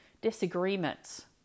Disagreements